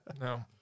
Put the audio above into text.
No